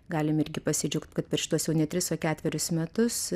galim irgi pasidžiaugt kad per šituos jau ne tris o ketverius metus